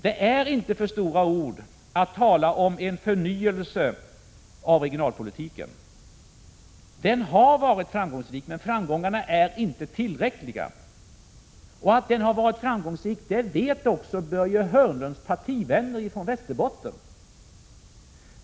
Det är inte för stora ord att tala om en förnyelse av regionalpolitiken. Den har varit framgångsrik, men framgångarna är inte tillräckliga. Att den har varit framgångsrik vet också Börje Hörnlunds partivänner i Västerbotten.